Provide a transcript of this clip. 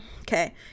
Okay